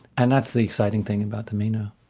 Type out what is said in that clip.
and that's the exciting thing about the meno.